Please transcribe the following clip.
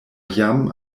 jam